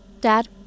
Dad